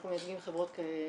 אנחנו מייצגים חברות גרמניות,